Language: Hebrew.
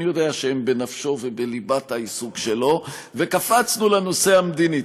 יודע שהם בנפשו ובליבת העיסוק שלו וקפצנו לנושא המדיני.